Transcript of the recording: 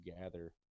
gather